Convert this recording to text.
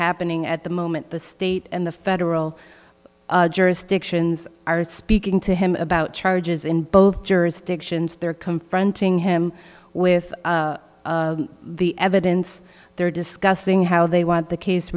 happening at the moment the state and the federal jurisdictions are speaking to him about charges in both jurisdictions there come from ting him with the evidence they're discussing how they want the case